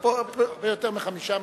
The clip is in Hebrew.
הרבה יותר מ-5 מיליון,